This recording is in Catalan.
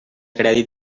crèdit